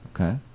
Okay